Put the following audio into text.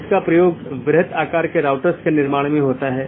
NLRI का उपयोग BGP द्वारा मार्गों के विज्ञापन के लिए किया जाता है